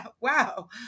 Wow